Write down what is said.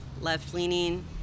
left-leaning